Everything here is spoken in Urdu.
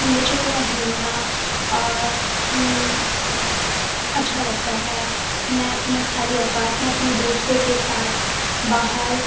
نیچر میں گھومنا اچھا لگتا ہے میں اپنی خالی اوقات میں اپنے دوستوں کے ساتھ باہر